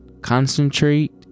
concentrate